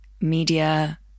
media